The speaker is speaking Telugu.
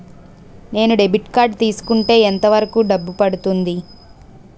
నేను డెబిట్ కార్డ్ తీసుకుంటే ఎంత వరకు డబ్బు పడుతుంది?